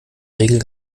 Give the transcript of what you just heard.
regel